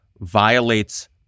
violates